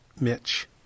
Mitch